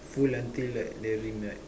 full until like the rim right